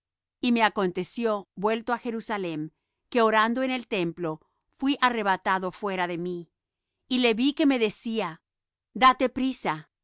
y me aconteció vuelto á jerusalem que orando en el templo fuí arrebatado fuera de mí y le vi que me decía date prisa y